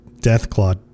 Deathclaw